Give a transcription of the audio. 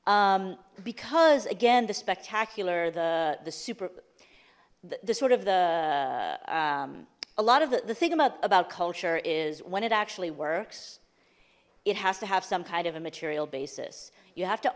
because again the spectacular the the super the sort of the a lot of the the thing about about culture is when it actually works it has to have some kind of a material basis you have to